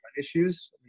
issues